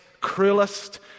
cruelest